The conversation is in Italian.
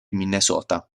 minnesota